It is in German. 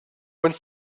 uns